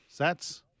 Sats